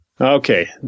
Okay